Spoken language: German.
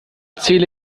zähle